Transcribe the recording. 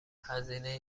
هزینه